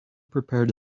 prepared